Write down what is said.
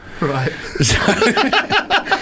Right